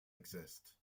exist